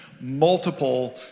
multiple